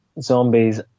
zombies